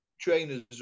trainers